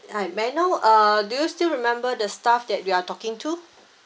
I may I know uh do you still remember the staff that you are talking to